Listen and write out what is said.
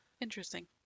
Interesting